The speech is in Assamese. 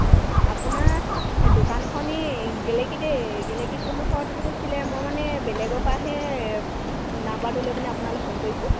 অঁ আপোনাৰ দোকানখন এই গেলেকীতে গেলেকী কোনডোখৰত হৈছিলে মই মানে বেলেগৰপৰাহে নাম্বাৰটো লৈ পুনি আপোনালৈ ফোন কৰিছোঁ